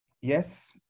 yes